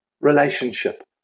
relationship